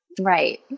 Right